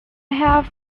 have